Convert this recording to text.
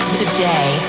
today